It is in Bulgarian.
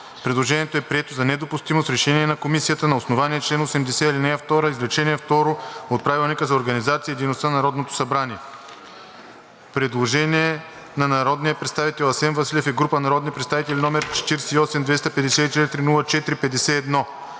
Предложението е прието за недопустимо с решение на Комисията на основание чл. 80, ал. 2, изречение второ от Правилника за организацията и дейността на Народното събрание. Предложение на народния представител Асен Василев и група народни представители № 48-254-04-51: